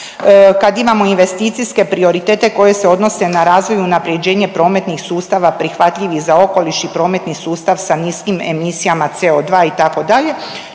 Kad imamo investicijske prioritete koji se odnose na razvoj i unaprjeđenje prometnih sustava prihvatljivih za okoliš i prometni sustav sa niskim emisijama CO2 itd.,